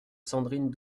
sandrine